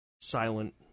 silent